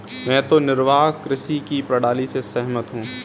मैं तो निर्वाह कृषि की प्रणाली से सहमत हूँ